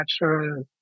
natural